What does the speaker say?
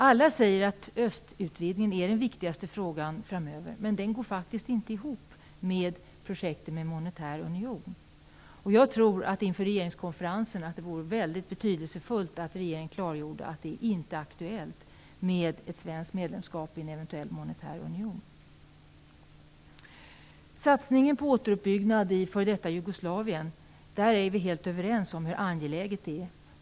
Alla säger att östutvidgningen är den viktigaste frågan framöver, men det går faktiskt inte ihop med projektet med en monetär union. Jag tror att det inför regeringskonferensen vore väldigt betydelsefullt om regeringen klargjorde att det inte är aktuellt med ett svenskt medlemskap i en eventuell monetär union. Vi är helt överens om att satsningen på återuppbyggnad i f.d. Jugoslavien är angelägen.